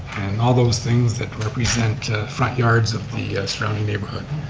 and all those things that represents front yards of the surrounding neighborhood.